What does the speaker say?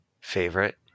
Favorite